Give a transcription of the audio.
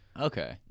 Okay